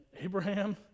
Abraham